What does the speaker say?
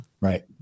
Right